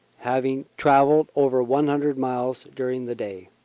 having travelled over one hundred miles during the day.